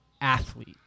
athlete